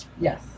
Yes